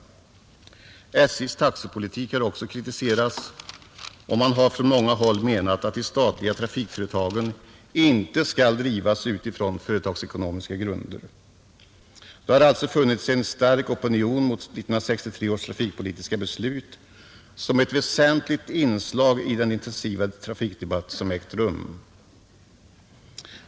SJ:s taxepolitik har också kritiserats, och man har från många håll menat att de statliga trafikföretagen inte skall drivas utifrån företagsekonomiska grunder, Det har alltså funnits en stark opinion mot 1963 års trafikpolitiska beslut som ett väsentligt inslag i den intensiva trafikdebatt som ägt rum.